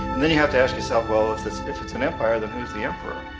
then you have to ask yourself, well, if it's if it's an empire, then who is the emperor?